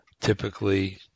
typically